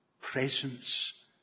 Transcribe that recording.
presence